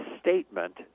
statement